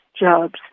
jobs